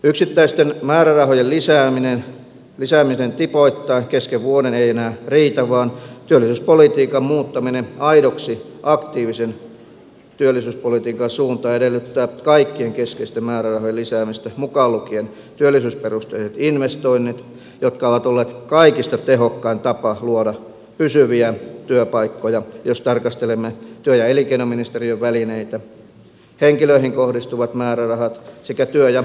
yksittäisten määrärahojen lisääminen tipoittain kesken vuoden ei enää riitä vaan työllisyyspolitiikan muuttaminen aidoksi aktiivisen työllisyyspolitiikan suuntaan edellyttää kaikkien keskeisten määrärahojen lisäämistä mukaan lukien työllisyysperusteiset investoinnit jotka ovat olleet kaikista tehokkain tapa luoda pysyviä työpaikkoja jos tarkastelemme työ ja elinkeinoministeriön välineitä henkilöihin kohdistuvat määrärahat sekä työ ja elinkeinotoimistojen toimintamäärärahat